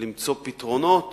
למצוא פתרונות